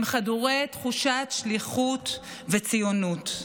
הם חדורי תחושת שליחות וציונות.